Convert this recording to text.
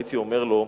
הייתי אומר לו: